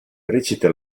recita